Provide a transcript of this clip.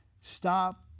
Stop